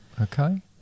Okay